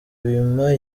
bimpa